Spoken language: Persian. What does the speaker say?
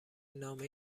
نامه